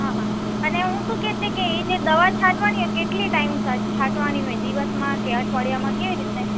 હા હા અને શું કેતીતી કે ઈ જે દવા ચાંટવાની હોય એ કેટલી ટાઈમ સા છાટવાની હોય દિવસમાં કે અઠવાડિયામાં કે કેવી રીતે